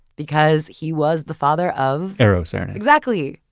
because he was the father of, eero saarinen. exactly.